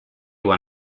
won